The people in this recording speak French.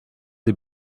des